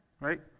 right